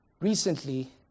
Recently